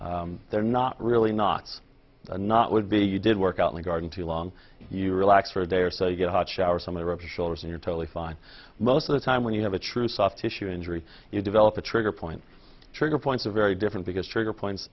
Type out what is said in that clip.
knot they're not really knots not would be you did work out in the garden too long you relax for a day or so you get a hot shower somewhere up shoulders and you're totally fine most of the time when you have a true soft tissue injury you develop a trigger point trigger points are very different because trigger points